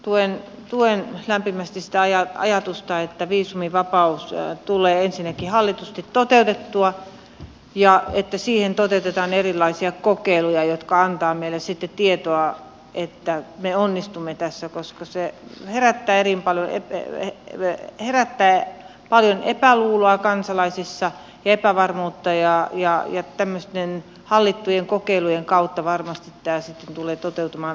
ensinnäkin tuen lämpimästi sitä ajatusta että viisumivapaus tulee ensinnäkin hallitusti toteutettua ja että siinä toteutetaan erilaisia kokeiluja jotka antavat meille sitten tietoa että me onnistumme tässä koska se herättää paljon epäluuloa ja epävarmuutta kansalaisissa ja tämmöisten hallittujen kokeilujen kautta varmasti tämä sitten tulee toteutumaan oikealla tavalla